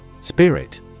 Spirit